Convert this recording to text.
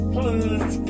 Please